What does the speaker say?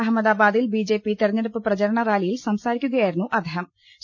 അഹമ്മദാബാദിൽ ബിജെപി തെരഞ്ഞെ ടുപ്പ് പ്രചരണറാലിയിൽ സംസാരിക്കൂകയായിരുന്നു അദ്ദേഹം